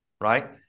right